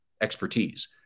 expertise